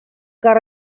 got